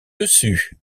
dessus